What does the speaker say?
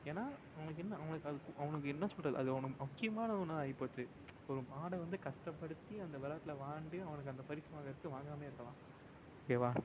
ஏன்னால் அவனுக்கு என்ன அவனுக்கு அது அவனுக்கு என்ன சொல்கிறது அது அவனுக்கு முக்கியமான ஒன்றா ஆகிப்போச்சு ஒரு மாடை வந்து கஷ்டப்படுத்தி அந்த விளையாட்ல விளையாண்டு அவனுக்கு அந்தப் பரிசு வாங்கறத்துக்கு வாங்காமையே இருக்கலாம் ஓகேவா